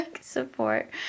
support